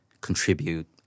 contribute